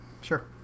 sure